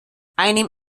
einem